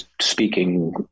speaking